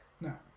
no